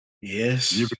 Yes